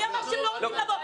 מי אמר שהם לא רוצים לבוא?